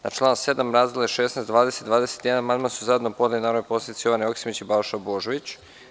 Na član 7. razdele 16, 20 i 21 amandman su zajedno podneli narodni poslanici Jovana Joksimović i Balša Božović.